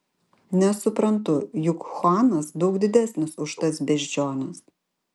nesuprantu juk chuanas daug didesnis už tas beždžiones